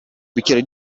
bicchiere